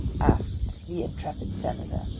asked the intrepid senator.